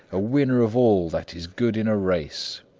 a winner of all that is good in a race.